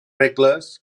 regles